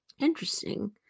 Interesting